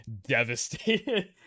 devastated